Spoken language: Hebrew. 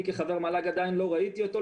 אני כחבר מל"ג עדיין לא ראיתי אותו,